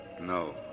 No